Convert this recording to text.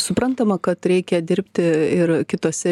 suprantama kad reikia dirbti ir kituose